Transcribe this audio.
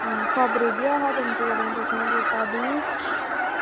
आं खोबरें बीन आहा तुमचें कडेन तशें दिवपा बी